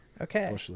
Okay